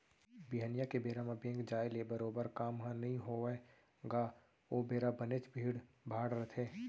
बिहनिया के बेरा म बेंक जाय ले बरोबर काम ह नइ होवय गा ओ बेरा बनेच भीड़ भाड़ रथे